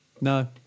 no